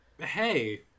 hey